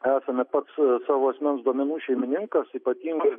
esame pats savo asmens duomenų šeimininkas ypatingai